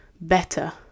better